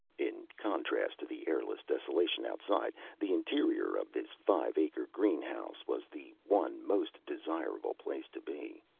in contrast to the airless desolation outside, the interior of this five-acre greenhouse was the one most desirable place to be.